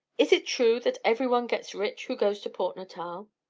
is it true that every one gets rich who goes to port natal?